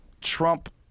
Trump